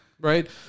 right